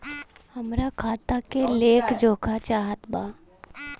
हमरा खाता के लेख जोखा चाहत बा?